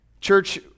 Church